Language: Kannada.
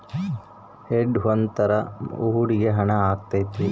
ಹೆಡ್ಜ್ ಒಂದ್ ತರ ಹೂಡಿಕೆ ಹಣ ಆಗೈತಿ